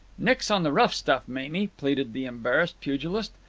nix on the rough stuff, mamie, pleaded the embarrassed pugilist.